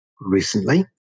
recently